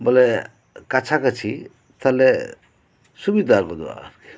ᱵᱚᱞᱮ ᱠᱟᱪᱷᱟ ᱠᱟᱹᱪᱷᱤ ᱛᱟᱦᱚᱞᱮ ᱥᱩᱵᱤᱫᱟ ᱜᱚᱫᱚᱜᱼᱟ ᱟᱨᱠᱤ